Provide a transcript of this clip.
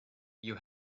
you